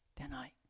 tonight